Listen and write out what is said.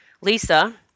lisa